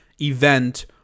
event